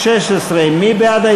מי בעד?